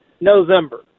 November